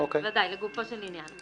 כן, ודאי, לגופו של עניין.